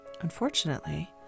Unfortunately